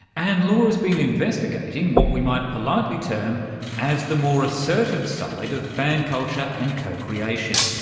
and laura has been investigating what we might politely term as the more assertive side of fan culture and co-creation,